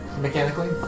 mechanically